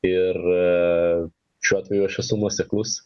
ir šiuo atveju aš esu nuoseklus